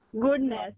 goodness